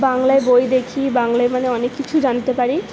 বাংলায় বই দেখি বাংলায় মানে অনেক কিছু জানতে পারি